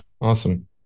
Awesome